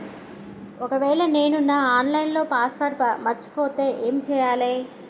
ఒకవేళ నేను నా ఆన్ లైన్ పాస్వర్డ్ మర్చిపోతే ఏం చేయాలే?